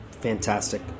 fantastic